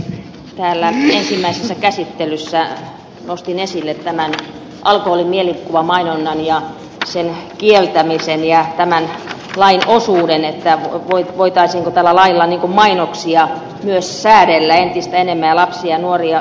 täällä ensimmäisessä käsittelyssä nostin esille tämän alkoholin mielikuvamainonnan ja sen kieltämisen ja tämän lain osuuden voitaisiinko tällä lailla mainoksia myös säädellä entistä enemmän ja lapsia ja nuoria suojella